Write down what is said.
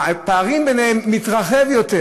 הפער ביניהם מתרחב יותר.